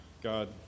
God